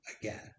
again